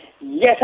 Yes